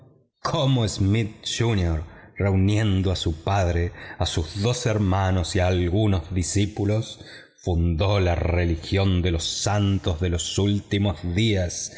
junior reuniendo a su padre a sus dos hermanos y algunos discípulos fundó la religión de los santos de los últimos días